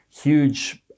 huge